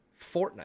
Fortnite